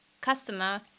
customer